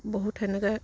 বহুত সেনেকে